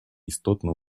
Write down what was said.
істотно